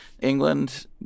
England